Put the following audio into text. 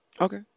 Okay